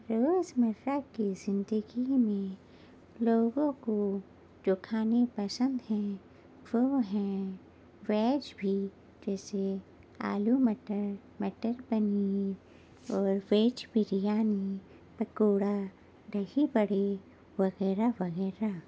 روزمرہ کے زندگی میں لوگوں کو جو کھانے پسند ہیں وہ ہیں ویج بھی جیسے آلو مٹر مٹر پنیر اور ویج بریانی پکوڑا دہی بڑے وغیرہ وغیرہ